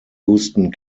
houston